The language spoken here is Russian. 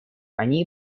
они